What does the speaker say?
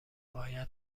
باید